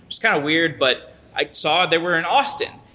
it was kind of weird, but i saw they were in austin.